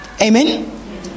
Amen